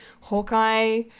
Hawkeye